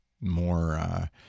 more